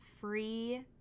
free